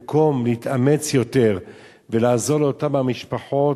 במקום להתאמץ יותר ולעזור לאותן המשפחות